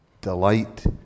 delight